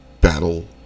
battle